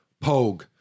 Pogue